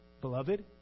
beloved